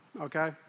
Okay